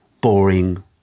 boring